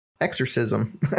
exorcism